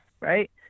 Right